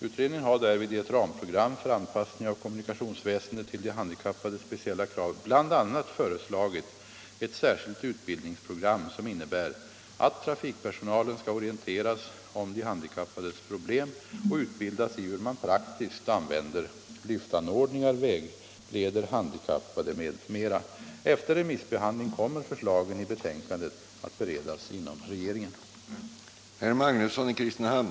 Utredningen har därvid, i ett ramprogram för anpassning av kommunikationsväsendet till de handikappades speciella krav, bl.a. föreslagit ett särskilt utbildningsprogram som innebär att trafikpersonalen skall orienteras om de handikappades problem och utbildas i hur man praktiskt använder lyftanordningar, vägleder handikappade m.m. Efter remissbehandling kommer förslagen i betänkandet att beredas inom regeringen.